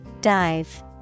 Dive